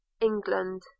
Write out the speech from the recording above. England